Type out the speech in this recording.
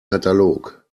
katalog